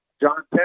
John